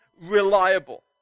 reliable